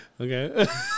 Okay